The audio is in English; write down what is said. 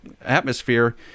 atmosphere